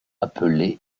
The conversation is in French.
appelées